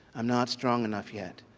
i'm not strong enough yet.